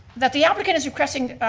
that the applicant is requesting,